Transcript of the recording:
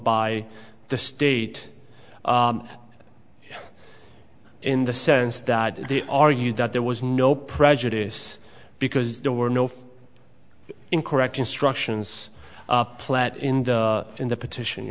by the state in the sense that the argued that there was no prejudice because there were no incorrect instructions plat in the in the petition you